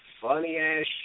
funny-ass